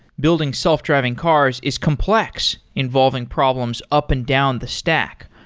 building self-driving cars is complex involving problems up and down the stack.